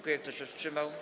Kto się wstrzymał?